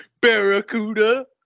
Barracuda